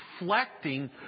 reflecting